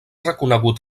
reconegut